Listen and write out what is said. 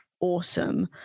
awesome